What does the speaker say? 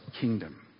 kingdom